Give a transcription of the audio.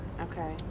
Okay